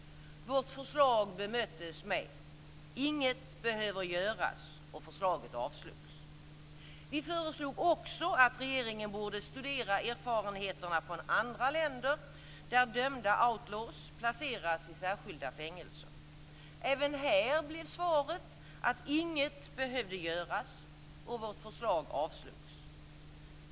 Vårt förslag bemöttes med att inget behövde göras, och förslaget avslogs. Vi föreslog också att regeringen borde studera erfarenheterna från länder där dömda outlaws placeras i särskilda fängelser. Även här blev svaret att inget behövde göras, och vårt förslag avslogs.